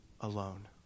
alone